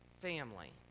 family